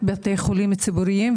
החולים הציבוריים,